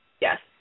Yes